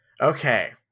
Okay